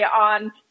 on